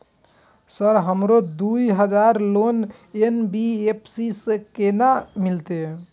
Sir हमरो दूय हजार लोन एन.बी.एफ.सी से केना मिलते?